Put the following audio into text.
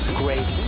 great